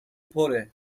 پره